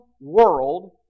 world